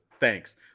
Thanks